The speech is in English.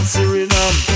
Suriname